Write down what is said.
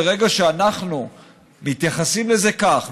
ברגע שאנחנו מתייחסים לזה כך,